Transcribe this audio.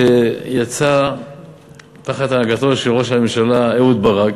שיצא תחת הנהגתו של ראש הממשלה אהוד ברק,